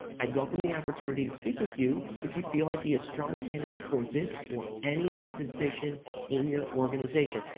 i'd welcome the opportunity to speak with you if you feel i'd be a strong candidate for this or any position in your organization.